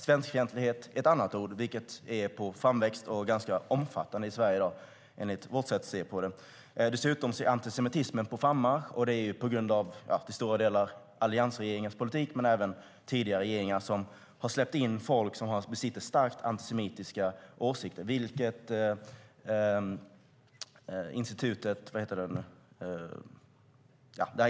Svenskfientlighet är ett annat ord som är på framväxt, och det som det beskriver är ganska omfattande i Sverige i dag, enligt vårt sätt att se på det. Dessutom är antisemitismen på frammarsch, och det är till stora delar på grund av alliansregeringens politik men även på grund av tidigare regeringar som har släppt in folk som besitter starkt antisemitiska åsikter.